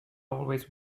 always